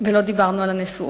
ולא דיברנו על הנשואות.